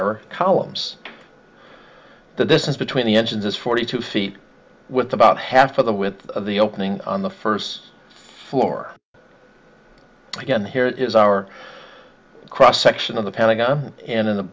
air columns the distance between the engines is forty two feet with about half of the width of the opening on the first floor again here is our cross section of the pentagon in the